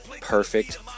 Perfect